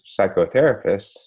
psychotherapists